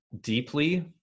deeply